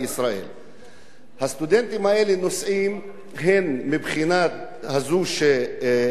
הסטודנטים האלה נוסעים בגלל התנאים לקבלה